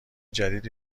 جدید